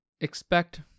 expect